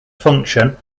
function